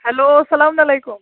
hello اسلامُ علیکُم